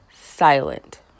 silent